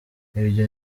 ibyo